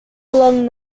along